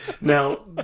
Now